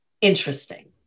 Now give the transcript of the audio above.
interesting